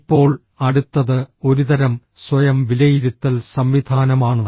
ഇപ്പോൾ അടുത്തത് ഒരുതരം സ്വയം വിലയിരുത്തൽ സംവിധാനമാണ്